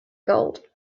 gold